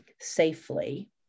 safely